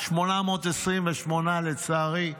לצערי,